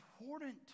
important